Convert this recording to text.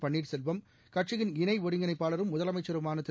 பன்னீர் செல்வம் கட்சியிள் இணை ஒருங்கிணைப்பாளரும் முதலமைச்சருமான திரு